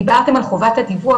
דיברתם על חובת הדיווח,